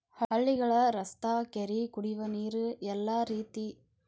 ಹಳ್ಳಿಗಳ ರಸ್ತಾ ಕೆರಿ ಕುಡಿಯುವ ನೇರ ಎಲ್ಲಾ ರೇತಿ ಸವಲತ್ತು ಸಿಗುಹಂಗ ಮಾಡುದ